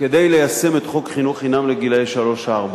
כדי ליישם את חוק חינוך חינם לגילאי שלוש-ארבע.